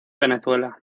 venezuela